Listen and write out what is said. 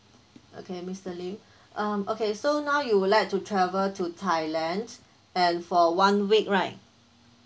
okay mister lim um okay so now you would like to travel to thailand and for one week right